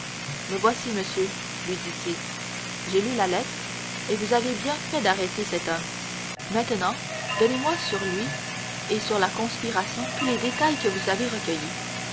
me voici monsieur lui dit-il j'ai lu la lettre et vous avez bien fait d'arrêter cet homme maintenant donnez-moi sur lui et sur la conspiration tous les détails que vous avez recueillis